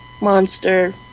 Monster